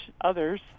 others